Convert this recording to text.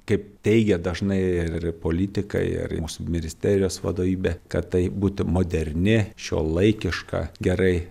kaip teigia dažnai ir politikai ar mūsų ministerijos vadovybė kad tai būtų moderni šiuolaikiška gerai